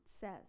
says